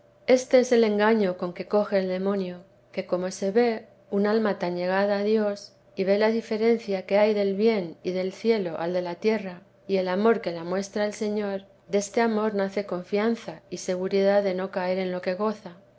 este es el engaño vida de la sama madre con que coge el demonio que como se ve un alma tan llegada a dios y ve la diferencia que hay del bien de cielo al de la tierra y el amor que la muestra el señor deste amor nace confianza y seguridad de no caer de lo que goza